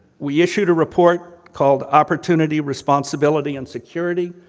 we issued a report called opportunity, responsibility and security.